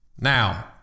Now